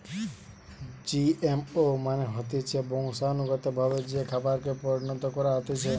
GMO মানে হতিছে বংশানুগতভাবে যে খাবারকে পরিণত করা হতিছে